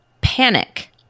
panic